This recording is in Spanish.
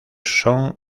son